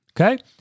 okay